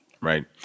Right